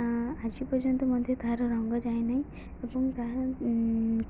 ଆଜି ପର୍ଯ୍ୟନ୍ତ ମଧ୍ୟ ତାହାର ରଙ୍ଗ ଯାଇ ନାହିଁ ଏବଂ ତାହା